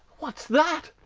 what's that?